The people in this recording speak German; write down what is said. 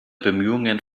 bemühungen